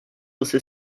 você